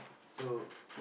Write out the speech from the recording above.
so